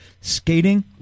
skating